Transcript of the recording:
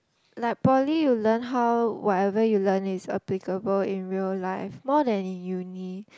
like poly you learn how whatever you learn is applicable in real life more than in uni